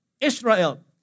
Israel